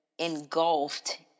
engulfed